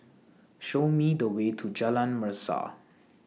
Show Me The Way to Jalan Mesa